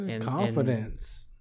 Confidence